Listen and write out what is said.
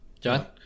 John